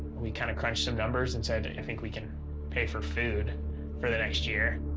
we kind of crunched some numbers and said, i think we can pay for food for the next year.